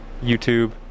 YouTube